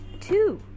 Two